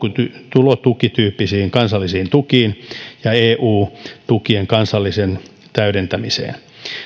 tulotukityyppisiin kansallisiin tukiin ja eu tukien kansalliseen täydentämiseen